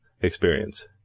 experience